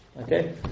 Okay